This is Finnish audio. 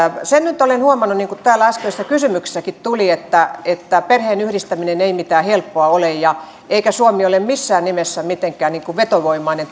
sen nyt olen huomannut niin kuin täällä äskeisessä kysymyksessäkin tuli että että perheenyhdistäminen ei mitään helppoa ole eikä suomi ole missään nimessä mitenkään vetovoimainen